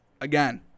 Again